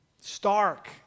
stark